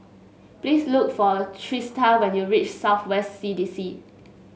please look for Trista when you reach South West C D C